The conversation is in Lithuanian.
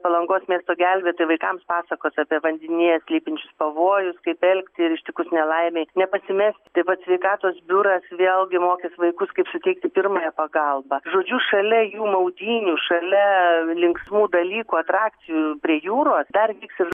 palangos miesto gelbėtojai vaikams pasakos apie vandenyje slypinčius pavojus kaip elgtis ištikus nelaimei nepasimesti vat sveikatos biuras vėlgi mokys vaikus kaip suteikti pirmąją pagalbą žodžiu šalia jų maudynių šalia linksmų dalykų atrakcijų prie jūros dar vyks ir